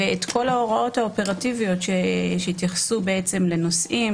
ואת כל ההוראות האופרטיביות שהתייחסו לנוסעים,